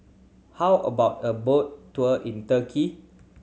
how about a boat tour in Turkey